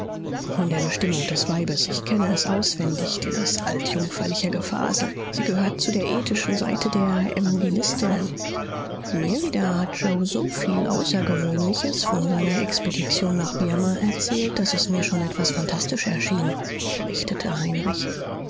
von der bestimmung des weibes ich kenne es auswendig dieses altjüngferliche gefasel sie gehört zu der ethischen sekte der evangelistinnen mir wieder hat mr yoe soviel außergewöhnliches vor seiner expedition nach birma erzählt daß es mir schon etwas phantastisch erschien berichtete heinrich